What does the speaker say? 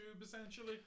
essentially